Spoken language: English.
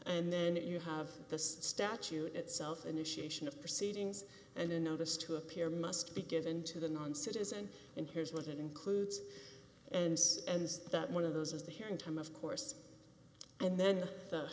and then you have the statute itself initiation of proceedings and a notice to appear must be given to the non citizen and here's what it includes and as one of those is the here in time of course and then